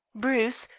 bruce,